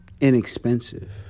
inexpensive